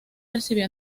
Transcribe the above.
recibió